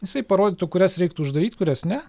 jisai parodytų kurias reiktų uždaryti kurias ne